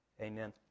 amen